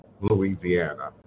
Louisiana